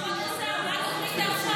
כבוד השר, מה התוכנית לעכשיו?